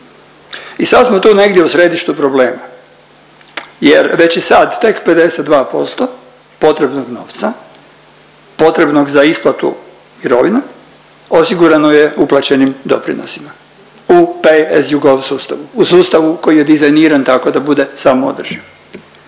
I sad smo tu negdje u središtu problema jer već i sad tek 52% potrebnog novca, potrebnog za isplatu mirovina osigurano je uplaćenim doprinosima u …/Govornik se ne razumije./… sustavu u sustavu koji je dizajniran tako da bude samoodrživ.